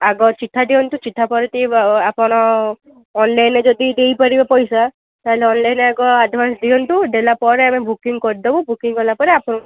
ଆଗ ଚିଠା ଦିଅନ୍ତୁ ଚିଠା ପରେ ଟି ଆପଣ ଅନଲାଇନ୍ରେ ଯଦି ଦେଇ ପାରିବେ ପଇସା ତାହାଲେ ଅନଲାଇନ୍ରେ ଆଗ ଆଡ଼ଭାନ୍ସ ଦିଅନ୍ତୁ ଦେଲା ପରେ ଆମେ ବୁକିଙ୍ଗ୍ କରିଦେବୁ ବୁକିଙ୍ଗ୍ କଲା ପରେ ଆପଣ